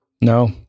No